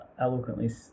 eloquently